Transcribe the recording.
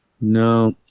No